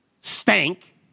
stank